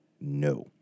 No